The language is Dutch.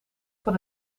van